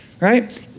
right